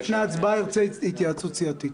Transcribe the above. לפני ההצבעה אני רוצה התייעצות סיעתית.